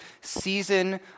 season